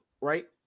right